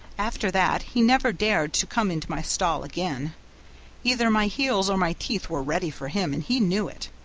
after that he never dared to come into my stall again either my heels or my teeth were ready for him, and he knew it.